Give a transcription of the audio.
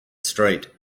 street